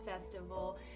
Festival